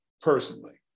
personally